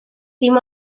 dim